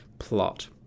Plot